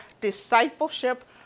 discipleship